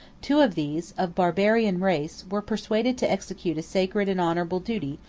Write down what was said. two of these, of barbarian race were persuaded to execute a sacred and honorable duty,